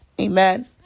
Amen